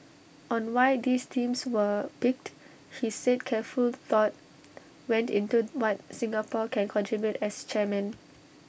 on why these themes were picked he said careful thought went into what Singapore can contribute as chairman